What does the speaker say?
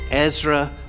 Ezra